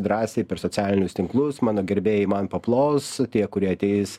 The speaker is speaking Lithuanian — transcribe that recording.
drąsiai per socialinius tinklus mano gerbėjai man paplos tie kurie ateis